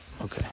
Okay